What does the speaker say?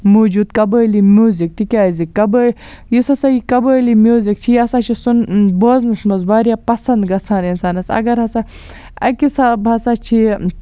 موٗجوٗد قبٲیلی میوٗزِک تِکیازِ قبٲ یُس ہسا یہِ قبٲیلی میوٗزِک چھُ یہِ ہسا چھُ سُن بوزنَس منٛز واریاہ پسنٛد گَژھان اِنسانَس اگر ہسا اکہِ حساب ہسا چھُ یہِ